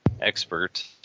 expert